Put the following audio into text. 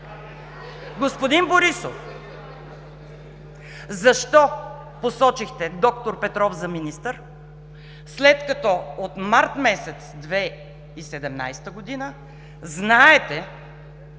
Господин Борисов, защо посочихте д-р Петров за министър, след като от март месец 2017 г. знаете